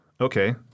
okay